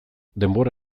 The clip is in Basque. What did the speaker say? denbora